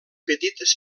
petites